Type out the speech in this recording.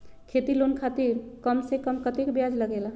खेती लोन खातीर कम से कम कतेक ब्याज लगेला?